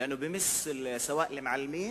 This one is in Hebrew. שכן הוא פוגע במורים,